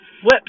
flip